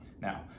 Now